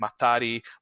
Matari